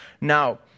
Now